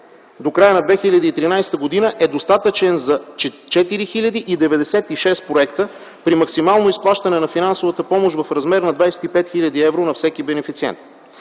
до края на 2013 г. е достатъчен за 4096 проекта при максимално изплащане на финансовата помощ в размер на 25 хил. евро на всеки бенефициент.